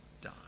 die